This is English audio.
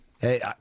Hey